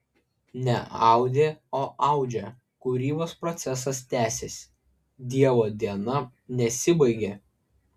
ne audė o audžia kūrybos procesas tęsiasi dievo diena nesibaigė